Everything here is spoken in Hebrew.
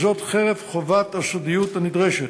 חרף חובת הסודיות הנדרשת.